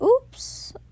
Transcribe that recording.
Oops